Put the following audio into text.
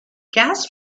gas